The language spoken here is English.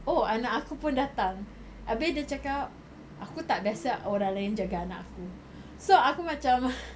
oh anak aku pun datang abeh dia cakap aku tak biasa orang lain jaga anak aku so aku macam